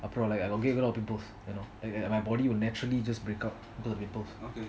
அப்புறம்:apram like I will get a lot of pimples you know my body will just naturally break out into pimples